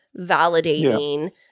validating